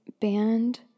band